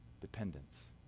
Dependence